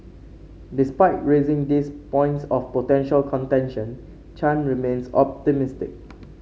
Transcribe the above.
despite raising these points of potential contention Chan remains optimistic